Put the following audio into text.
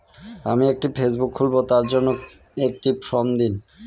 আমি একটি ফেসবুক খুলব তার জন্য একটি ফ্রম দিন?